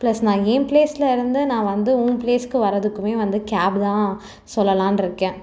plus நான் என் பிளேஸ்லிருந்து நான் வந்து உன் பிளேஸ்க்கு வரதுக்குமே வந்து கேப் தான் சொல்லலான்னு இருக்கேன்